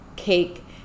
cake